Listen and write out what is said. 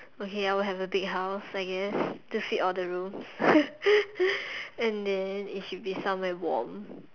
okay I will have a big house I guess to fit all the rooms and then it should be somewhere warm